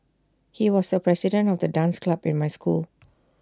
he was the president of the dance club in my school